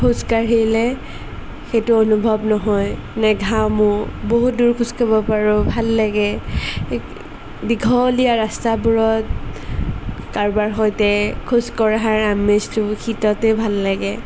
খোজকাঢ়িলে সেইটো অনুভৱ নহয় নেঘামোঁ বহুতদূৰ খোজকাঢ়িব পাৰোঁ ভাল লাগে দীঘলীয়া ৰাস্তাবোৰত কাৰোবাৰ সৈতে খোজকঢ়াৰ আমেজটো শীততে ভাল লাগে